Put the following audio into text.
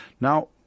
Now